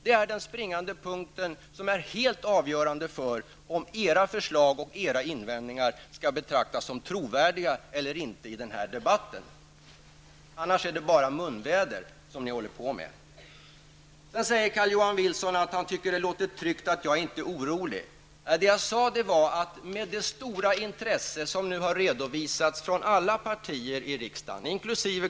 Det är den springande punkten som är helt avgörande för om era förslag och era invändningar skall betraktas som trovärdiga eller inte i denna debatt, annars är det bara munväder som ni håller på med. Sedan säger Carl-Johan Wilson att han tycker att låter tryggt att jag inte är orolig. Vad jag sade var att med det stora intresse som nu har redovisats från alla partier i riksdagen, inkl.